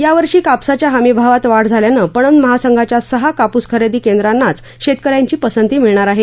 यावर्षी कापसाच्या हमीभावात वाढ झाल्यानं पवन महासंघाच्या सहा कापूस खरेदी केद्रांनाच शेतक यांची पंसती मिळणार आहे